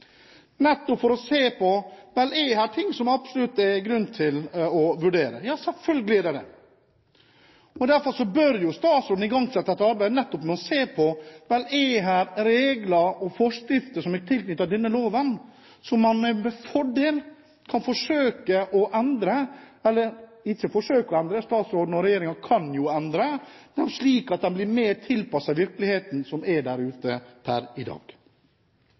nettopp for å se på om det er ting som det er absolutt grunn til å vurdere. Ja, selvfølgelig er det det! Derfor bør jo statsråden igangsette et arbeid nettopp med å se på om det er regler og forskrifter tilknyttet denne loven som man med fordel kan forsøke å endre – ikke forsøke å endre, statsråden og regjeringen kan jo endre – slik at de blir mer tilpasset virkeligheten som er der ute per i dag.